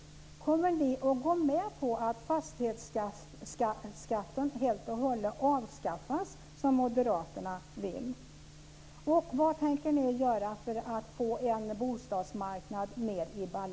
Kommer ni att gå med på att fastighetsskatten helt och hållet avskaffas, som Moderaterna vill?